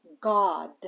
God